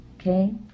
okay